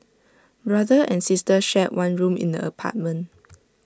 brother and sister shared one room in the apartment